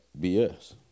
BS